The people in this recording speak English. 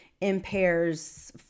impairs